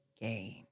gain